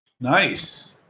Nice